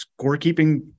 scorekeeping